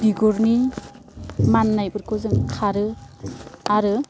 बिगुरनि मान्नायफोरखौ जों खारो आरो